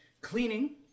Cleaning